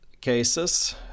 cases